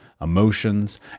emotions